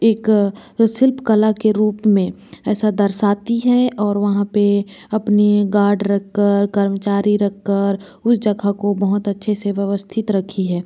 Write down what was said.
एक शिल्प कला के रूप में ऐसा दर्शाती है और वहाँ पर अपने गार्ड रख कर कर्मचारी रख कर उस जगह को बहुत अच्छे से व्यवस्थित रखी है